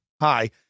hi